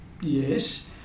Yes